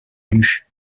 nus